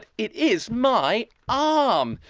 it is my arm.